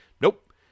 nope